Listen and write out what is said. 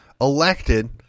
elected